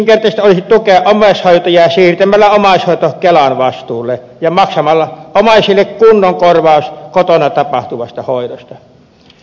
yksinkertaista olisi tukea omaishoitajia siirtämällä omaishoito kelan vastuulle ja maksamalla omaisille kunnon korvaus kotona tapahtuvasta hoidosta